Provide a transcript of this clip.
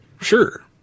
Sure